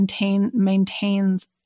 maintains